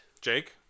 Jake